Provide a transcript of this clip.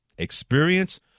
experience